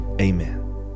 amen